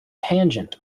tangent